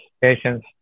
Patience